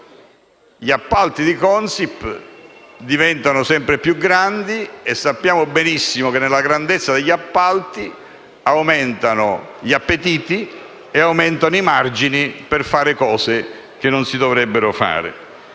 gli appalti di Consip diventano sempre più grandi e sappiamo benissimo che con la grandezza degli appalti aumentano gli appetiti e i margini per fare cose che non si dovrebbero.